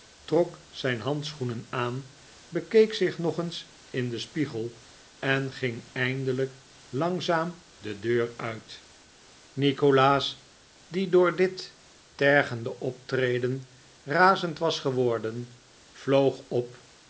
trok zijn handschoenen aan bekeek zich nog eens in den spiegel en ging eindelijk langzaam de deur uit nikolaas die door dit tergende optreden razend was geworden vloog op